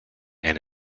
and